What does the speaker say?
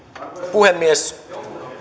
puhemies